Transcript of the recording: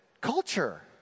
culture